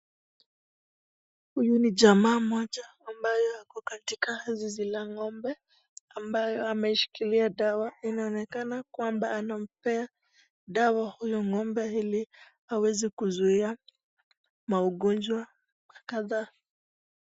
Huyu ni jamaa mmoja ambayo ako katika zizi la ngombe, ambayo ameshikilia dawa, inaonekana kwamba anampea dawa huyu ngombe ili aweze kuzuia maugonjwa kadhaa.